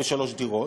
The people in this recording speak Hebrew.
בשלוש דירות,